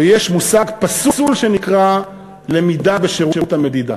ויש מושג פסול שנקרא למידה בשירות המדידה.